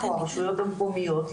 הרשויות המקומיות,